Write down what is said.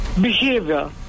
behavior